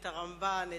הרמב"ם,